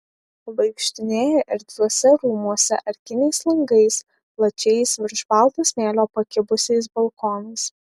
vaikštinėja erdviuose rūmuose arkiniais langais plačiais virš balto smėlio pakibusiais balkonais